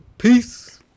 Peace